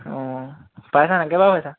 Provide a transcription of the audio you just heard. অঁ পাইছানে কেইবাৰ পাইছা